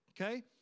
Okay